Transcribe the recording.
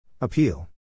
Appeal